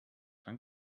dran